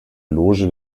loge